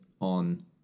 on